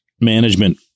management